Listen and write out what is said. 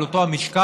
על אותו משקל,